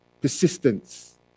Persistence